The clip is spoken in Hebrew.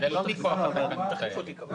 זה לא מכוח התקנות האלה.